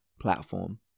platform